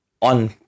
on